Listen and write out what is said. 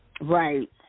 Right